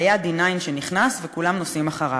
"היה D9 שנכנס וכולם נוסעים אחריו.